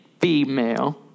female